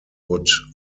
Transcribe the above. would